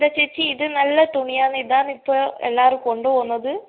ദാ ചേച്ചി ഇത് നല്ല തുണിയാണേ ഇതാണിപ്പോൾ എല്ലാവരും കൊണ്ടുപോകുന്നത്